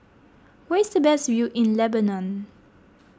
where is the best view in Lebanon